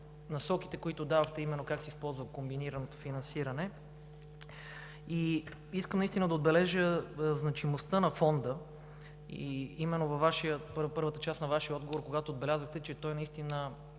насоките, които дадохте, а именно как се използва комбинираното финансиране. Искам да отбележа значимостта на Фонда в първата част на Вашия отговор, когато отбелязахте, че той разполага